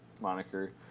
moniker